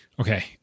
Okay